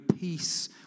peace